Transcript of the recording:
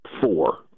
four